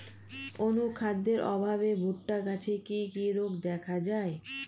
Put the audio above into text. অনুখাদ্যের অভাবে ভুট্টা গাছে কি কি রোগ দেখা যায়?